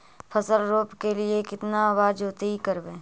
फसल रोप के लिय कितना बार जोतई करबय?